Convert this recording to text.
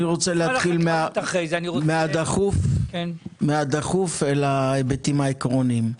אני רוצה להתחיל מהדחוף להיבטים העקרוניים.